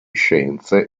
scienze